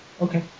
Okay